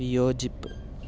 വിയോജിപ്പ്